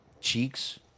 cheeks